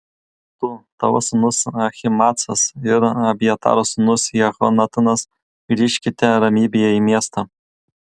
tu tavo sūnus ahimaacas ir abjataro sūnus jehonatanas grįžkite ramybėje į miestą